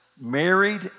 married